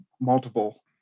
multiple